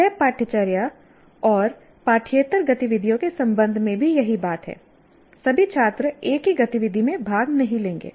सह पाठ्यचर्या और पाठ्येतर गतिविधियों के संबंध में भी यही बात है सभी छात्र एक ही गतिविधि में भाग नहीं लेंगे